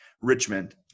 Richmond